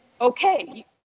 okay